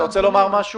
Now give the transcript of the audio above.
אתה רוצה לומר משהו?